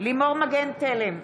לימור מגן תלם,